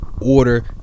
order